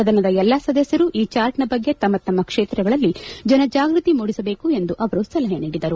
ಸದನದ ಎಲ್ಲ ಸದಸ್ಕರು ಈ ಚಾರ್ಟ್ನ ಬಗ್ಗೆ ತಮ್ಮ ತಮ್ಮ ಕ್ಷೇತ್ರಗಳಲ್ಲಿ ಜನ ಜಾಗೃತಿ ಮೂಡಿಸಬೇಕು ಎಂದು ಅವರು ಸಲಹೆ ನೀಡಿದರು